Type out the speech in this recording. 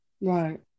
Right